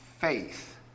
faith